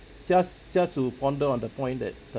just just to ponder on the point that the